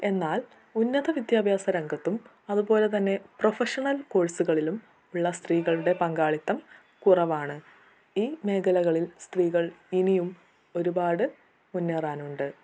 എന്നാൽ ഉന്നത വിദ്യാഭ്യാസ രംഗത്തും അതുപോലെ തന്നെ പ്രഫഷണൽ കോഴ്സുകളിലും ഉള്ള സ്ത്രീകളുടെ പങ്കാളിത്തം കുറവാണ് ഈ മേഖലകളിൽ സ്ത്രീകൾ ഇനിയും ഒരുപാട് മുന്നേറാനുണ്ട്